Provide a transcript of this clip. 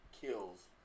kills